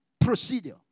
procedure